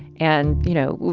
and you know,